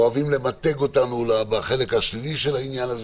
אוהבים למתג אותנו בחלק השלילי של העניין.